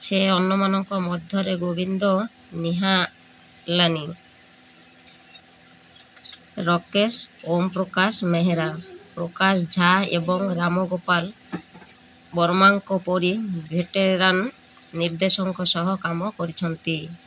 ସେ ଅନ୍ୟମାନଙ୍କ ମଧ୍ୟରେ ଗୋବିନ୍ଦ ନିହାଲାନି ରାକେଶ ଓମପ୍ରକାଶ ମେହେରା ପ୍ରକାଶ ଝା ଏବଂ ରାମ ଗୋପାଳ ବର୍ମାଙ୍କ ପରି ଭେଟେରାନ୍ ନିର୍ଦ୍ଦେଶକଙ୍କ ସହ କାମ କରିଛନ୍ତି